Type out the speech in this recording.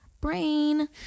brain